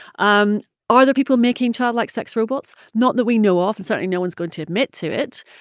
um are there people making child-like sex robots? not that we know of and certainly no one's going to admit to it.